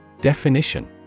Definition